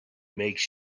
makes